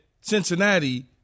Cincinnati